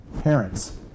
parents